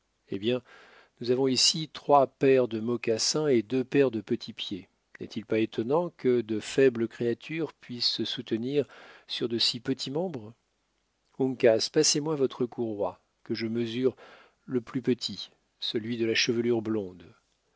eh bien nous avons ici trois paires de mocassins et deux paires de petits pieds n'est-il pas étonnant que de faibles créatures puissent se soutenir sur de si petits membres uncas passez-moi votre courroie que je mesure le plus petit celui de la chevelure blonde